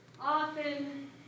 Often